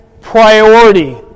priority